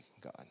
God